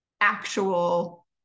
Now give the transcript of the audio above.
actual